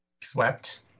swept